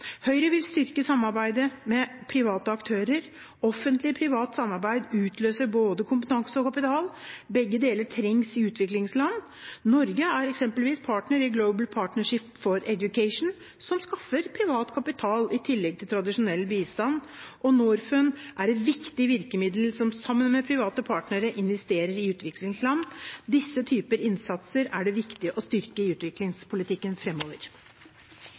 Høyre vil styrke samarbeidet med private aktører. Offentlig–privat samarbeid utløser både kompetanse og kapital – begge deler trengs i utviklingsland. Norge er eksempelvis partner i Global Partnership for Education, som skaffer privat kapital i tillegg til tradisjonell bistand. Norfund er et viktig virkemiddel, som sammen med private partnere investerer i utviklingsland. Disse typer innsatser er det viktig å styrke i utviklingspolitikken